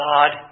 God